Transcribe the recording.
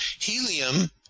helium